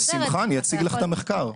בשמחה, אני אציג לך את המחקר.